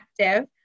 active